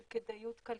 של כדאיות כלכלית,